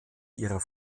ihrer